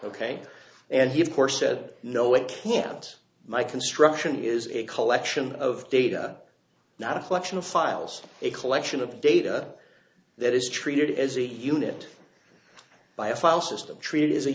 ok and he of course said no it can't my construction is a collection of data not a collection of files a collection of data that is treated as a unit by a file system treated as a